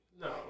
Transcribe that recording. No